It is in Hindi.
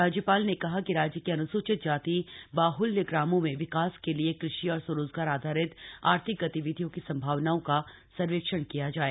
राज्यपाल ने कहा कि राज्य के अन्सूचित जाति बाहल्य ग्रामों में विकास के लिए कृषि और स्वरोजगार आधारित आर्थिक गतिविधियों की संभावनाओं का सर्वेक्षण किया जाय